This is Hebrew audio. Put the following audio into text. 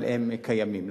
אבל הם קיימים.